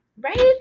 Right